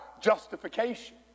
Justification